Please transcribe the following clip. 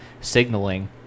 signaling